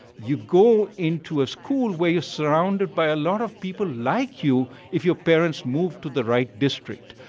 you go into a school where you're surrounded by a lot of people like you if your parents moved to the right district.